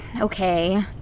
Okay